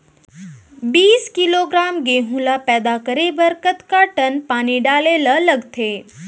बीस किलोग्राम गेहूँ ल पैदा करे बर कतका टन पानी डाले ल लगथे?